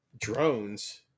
drones